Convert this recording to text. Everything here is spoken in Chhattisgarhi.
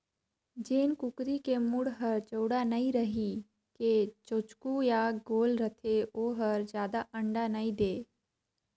जेन कुकरी के मूढ़ हर चउड़ा नइ रहि के चोचकू य गोल रथे ओ हर जादा अंडा नइ दे